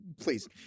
please